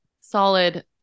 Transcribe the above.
Solid